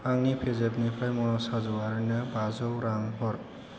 आंनि पेजेफनिफ्राय मनज हाज'वारिनो बाजौ रां हर